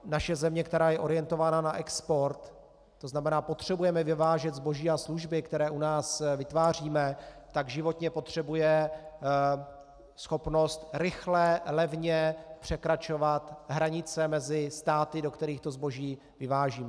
Naše země, která je orientována na export, to znamená, potřebujeme vyvážet zboží a služby, které u nás vytváříme, tak životně potřebuje schopnost rychle, levně překračovat hranice mezi státy, do kterých to zboží vyvážíme.